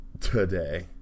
Today